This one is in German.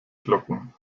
glocken